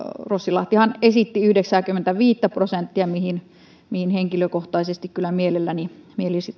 rossilahtihan esitti yhdeksääkymmentäviittä prosenttia mihin henkilökohtaisesti kyllä mielelläni